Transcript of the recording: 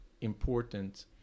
important